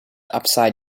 upside